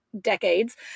decades